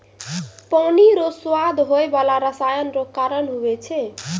पानी रो स्वाद होय बाला रसायन रो कारण हुवै छै